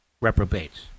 reprobates